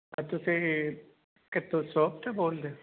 ਤੁਸੀਂ ਕਿੱਥੋਂ ਸੋਪ ਤੋਂ ਬੋਲਦੇ ਓ